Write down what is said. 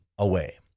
away